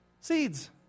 Seeds